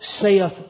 saith